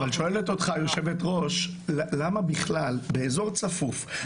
אבל שואלת אותך יושבת הראש למה בכלל באזור צפוף,